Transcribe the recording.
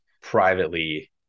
privately